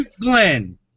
Glenn